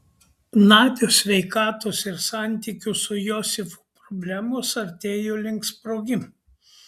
nadios sveikatos ir santykių su josifu problemos artėjo link sprogimo